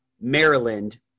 Maryland